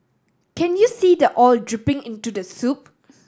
can you see the oil dripping into the soup